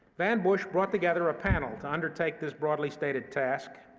van bush brought together a panel to undertake this broadly stated task,